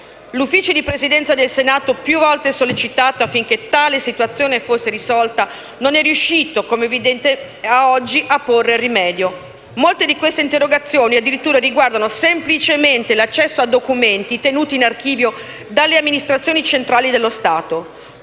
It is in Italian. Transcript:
L'Ufficio di Presidenza del Senato, più volte sollecitato affinché tale situazione fosse risolta non è riuscito, come è evidente ad oggi, a porvi rimedio. Molte di queste interrogazioni riguardano semplicemente l'accesso a documenti tenuti in archivio dalle amministrazioni centrali dello Stato.